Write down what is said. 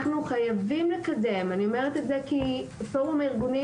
אנחנו חייבים לקדם אני אומרת את זה כי פורום הארגונים